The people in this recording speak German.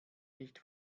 nicht